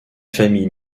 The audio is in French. famille